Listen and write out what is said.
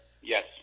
Yes